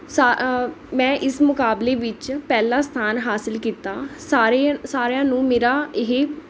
ਸਾ ਮੈਂ ਇਸ ਮੁਕਾਬਲੇ ਵਿੱਚ ਪਹਿਲਾ ਸਥਾਨ ਹਾਸਿਲ ਕੀਤਾ ਸਾਰੇ ਸਾਰਿਆਂ ਨੂੰ ਮੇਰਾ ਇਹ